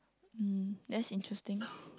mm that's interesting